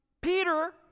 Peter